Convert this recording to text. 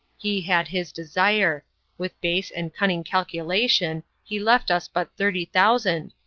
he had his desire with base and cunning calculation he left us but thirty thousand,